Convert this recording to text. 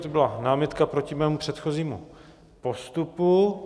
Dobře, to byla námitka proti mému předchozímu postupu.